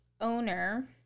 owner